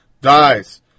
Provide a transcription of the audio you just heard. dies